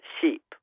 sheep